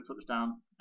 touchdown